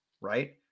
right